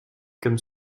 comme